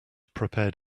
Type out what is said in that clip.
prepared